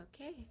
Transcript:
Okay